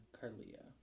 Carlia